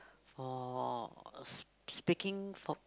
for uh s~ speaking for